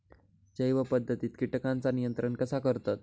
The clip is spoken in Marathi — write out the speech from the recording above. जैव पध्दतीत किटकांचा नियंत्रण कसा करतत?